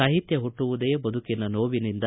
ಸಾಹಿತ್ಯ ಹುಟ್ಟುವುದೇ ಬದುಕಿನ ನೋವಿನಿಂದ